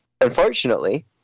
Unfortunately